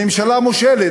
הממשלה מושלת.